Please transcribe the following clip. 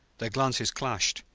their glances clashed.